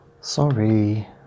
sorry